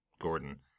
gordon